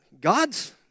God's